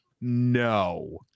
No